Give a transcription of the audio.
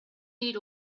need